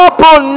Open